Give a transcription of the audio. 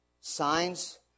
Signs